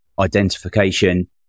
identification